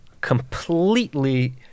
completely